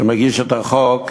שמגיש את החוק,